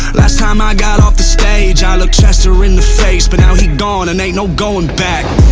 last time i got off the stage i looked chester in the face but now he gone and ain't no going back,